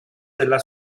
della